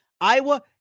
Iowa